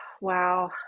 Wow